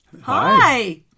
Hi